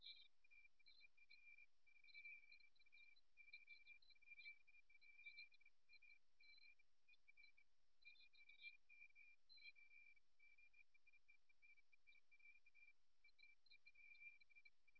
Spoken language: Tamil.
நாம் அமர்ந்திருக்கும் தோரணை நம் மனப்பான்மைகளைப் பற்றி நிறைய வெளிப்படுத்தினால் நாம் நிற்கும் விதம் நம் மனப்பான்மை மற்றும் நடத்தையின் பல அம்சங்களையும் குறிக்கிறது